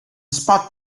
spot